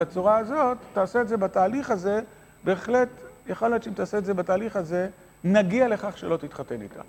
בצורה הזאת, תעשה את זה בתהליך הזה, בהחלט יכול להיות שאם תעשה את זה בתהליך הזה, נגיע לכך שלא תתחתן איתה.